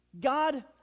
God